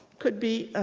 could be